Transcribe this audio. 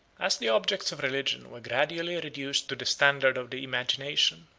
as the objects of religion were gradually reduced to the standard of the imagination,